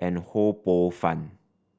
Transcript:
and Ho Poh Fun